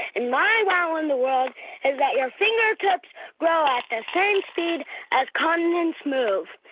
and my wow in the world is that your fingertips grow at the same speed as continents move.